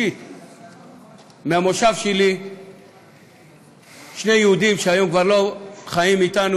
שני יהודים מהמושב שלי, שהיום כבר לא חיים אתנו,